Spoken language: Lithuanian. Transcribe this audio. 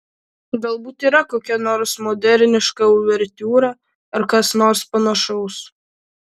galbūt yra kokia nors moderniška uvertiūra ar kas nors panašaus